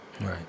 Right